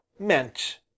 Meant